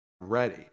ready